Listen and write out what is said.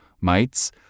mites